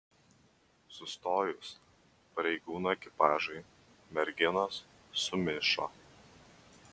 sustojus pareigūnų ekipažui merginos sumišo